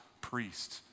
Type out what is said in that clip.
priest